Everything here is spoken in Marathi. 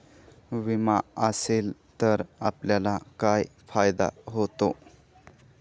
विमा असेल तर आपल्याला काय फायदा होतो?